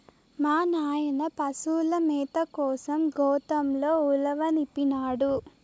మా నాయన పశుల మేత కోసం గోతంతో ఉలవనిపినాడు